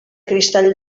cristall